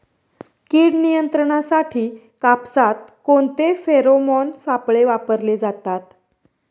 कीड नियंत्रणासाठी कापसात कोणते फेरोमोन सापळे वापरले जातात?